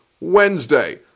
Wednesday